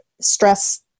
stress